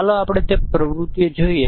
ચાલો આપણે આની વિગતો જોઈએ